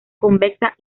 convexa